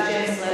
אבל עם מי,